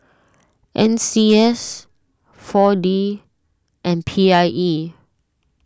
N C S four D and P I E